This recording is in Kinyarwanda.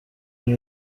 iyi